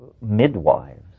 midwives